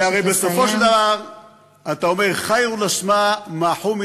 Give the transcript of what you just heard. והרי בסופו של דבר אתה אומר (אומר דברים בשפה הערבית,